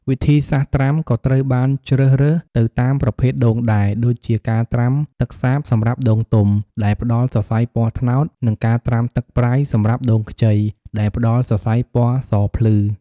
វិធីសាស្រ្តត្រាំក៏ត្រូវបានជ្រើសរើសទៅតាមប្រភេទដូងដែរ ដូចជាការត្រាំទឹកសាបសម្រាប់ដូងទុំ ដែលផ្តល់សរសៃពណ៌ត្នោត និងការត្រាំទឹកប្រៃសម្រាប់ដូងខ្ចី ដែលផ្តល់សរសៃពណ៌សភ្លឺ។